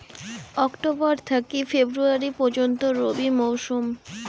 October থাকি ফেব্রুয়ারি পর্যন্ত রবি মৌসুম